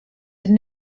had